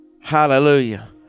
hallelujah